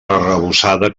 arrebossada